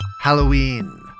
halloween